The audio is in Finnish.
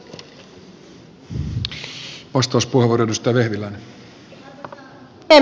arvoisa puhemies